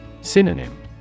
Synonym